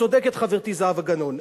צודקת חברתי זהבה גלאון,